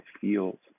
feels